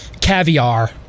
caviar